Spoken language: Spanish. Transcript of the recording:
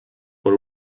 por